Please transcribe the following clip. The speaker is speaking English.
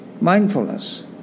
mindfulness